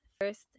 first